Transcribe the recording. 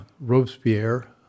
Robespierre